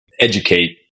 educate